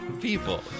People